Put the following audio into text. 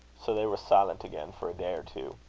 so they were silent again for a day or two.